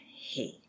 Hey